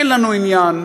אין לנו עניין,